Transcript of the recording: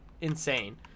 insane